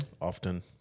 Often